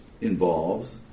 involves